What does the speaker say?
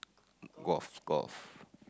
golf golf